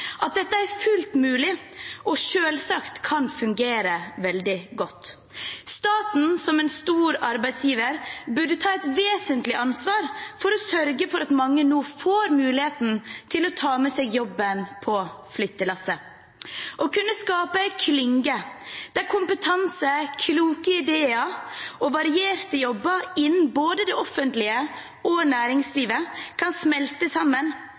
at dette er fullt mulig og selvsagt kan fungere veldig godt. Staten, som en stor arbeidsgiver, burde ta et vesentlig ansvar for å sørge for at mange nå får muligheten til å ta med seg jobben på flyttelasset. Å kunne skape en klynge, der kompetanse, kloke ideer og varierte jobber innenfor både det offentlige og næringslivet kan smelte sammen,